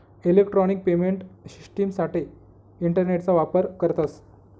electronic payment शिश्टिमसाठे इंटरनेटना वापर करतस